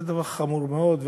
זה דבר חמור מאוד.